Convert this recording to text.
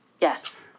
Yes